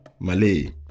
Malay